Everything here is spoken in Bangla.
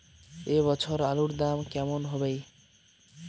এ বছর আলুর দাম কেমন হবে?